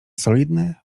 solidny